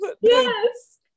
yes